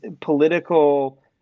political